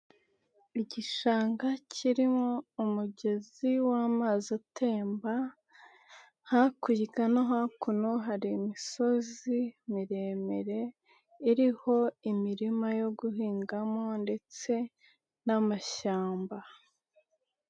Igishanga kirimo umugezi w'amazi atemba, hakurya no hakuno hari imisozi miremire iriho imirima yo guhingamo ndetse n'amashyamba.